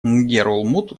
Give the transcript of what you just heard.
нгерулмуд